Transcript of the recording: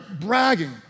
bragging